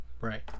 Right